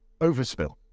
overspill